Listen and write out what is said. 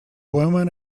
women